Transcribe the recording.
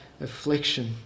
affliction